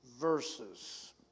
verses